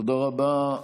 תודה רבה.